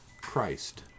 Christ